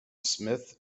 smith